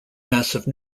massive